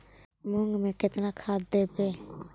मुंग में केतना खाद देवे?